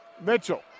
Mitchell